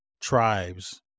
tribes